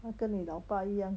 我跟你老爸一样